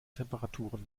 temperaturen